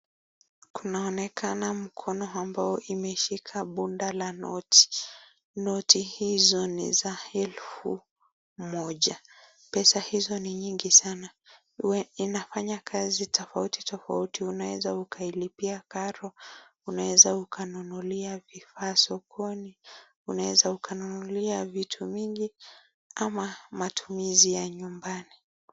Kunaonekana mkono ambao imeshika bunda la noti. Noti hizo ni za elfu moja. Pesa hizo ni nyingi sanaa. Inafanya kazi tofauti tofauti, unaeza ukailipia karo, unaeza ukanunulia vifaa sokoni, unaeza ukanunulia vitu mingi kama matumizi ya nyumbani.